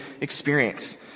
experience